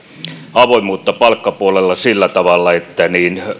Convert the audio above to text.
avoimuutta palkkapuolella sillä tavalla että